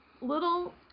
little